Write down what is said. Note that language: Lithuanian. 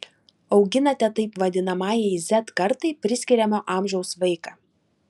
auginate taip vadinamajai z kartai priskiriamo amžiaus vaiką